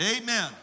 Amen